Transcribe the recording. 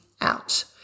out